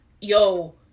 yo